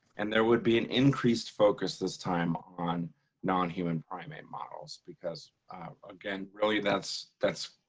and there would be an increased focus this time on non-human primate models because again, really, that's, that's